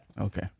okay